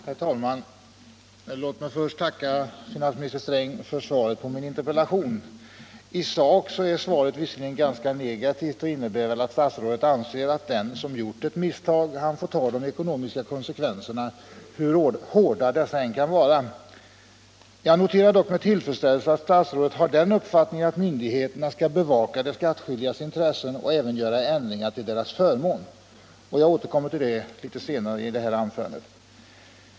Herr talman! Låt mig först tacka finansminister Sträng för svaret på min interpellation. I sak är svaret visserligen ganska negativt och innebär väl att statsrådet anser att den som gjort ett misstag får ta de ekonomiska konsekvenserna, hur hårda dessa än kan vara. Men jag noterar med tillfredsställelse att statsrådet har den uppfattningen att myndigheterna skall bevaka de skattskyldigas intressen och även göra ändringar till deras förmån. Jag återkommer till den saken litet senare i det här anförandet.